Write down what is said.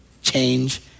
Change